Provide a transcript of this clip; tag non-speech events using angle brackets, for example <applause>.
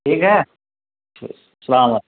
ٹھیک ہے <unintelligible> سلام